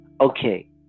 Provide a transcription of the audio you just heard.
okay